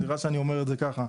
סליחה שאני אומר את זה ככה,